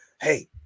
hey